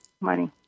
money